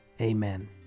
Amen